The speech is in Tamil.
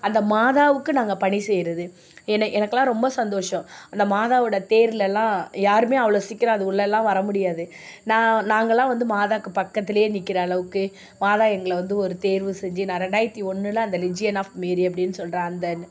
அந்த மாதாவுக்கு நாங்கள் பணி செய்யுறது என்னை எனக்கெல்லாம் ரொம்ப சந்தோஷம் இந்த மாதாவோட தேரிலலாம் யாரும் அவ்வளோ சீக்கிரம் அது உள்ளெல்லாம் வர முடியாது நான் நாங்கள்லாம் வந்து மாதாவுக்கு பக்கத்துலேயே நிற்கிற அளவுக்கு மாதா எங்களை வந்து ஒரு தேர்வு செஞ்சு நான் ரெண்டாயிரத்தி ஒன்றில் அந்த லெஜ்ஜின் ஆஃப் மேரி அப்படின்னு சொல்கிற அந்த